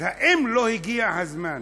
האם לא הגיע הזמן